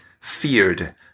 feared